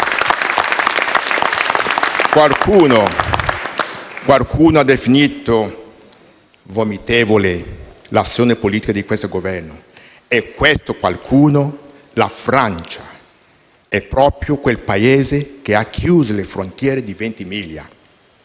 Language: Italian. Qualcuno ha definito vomitevole l'azione politica di questo Governo e questo qualcuno, la Francia, è proprio quel Paese che ha chiuso le frontiere di Ventimiglia